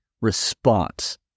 response